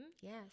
Yes